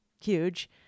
huge